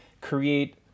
create